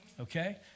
okay